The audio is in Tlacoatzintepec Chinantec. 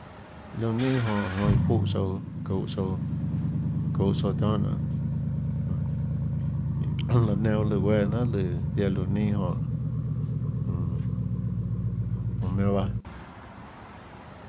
Liónã neinâ jonhå jonhå iã çúhã tsouã çuhå tsouã çuhå tsouã tionhâ nonê laã nenã bahâ lùã guéâ jnanhà ziaã liónã neinâ jonhå jmm çounã nenã bahâ.